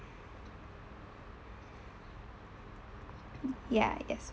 ya yes